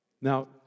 Now